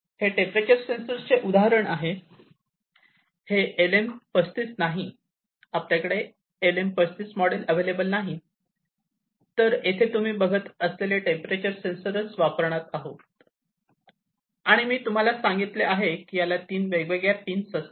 तर हे टेंपरेचर सेन्सरचे उदाहरण आहे हे LM35 नाही आपल्याकडे LM35 मॉडेल अवेलेबल नाही तर येते हे तुम्ही बघत असलेले टेंपरेचर सेन्सर आपण वापरत आहोत आणि मी तुम्हाला सांगितले आहे की याला तीन वेगवेगळ्या पिन्स असतात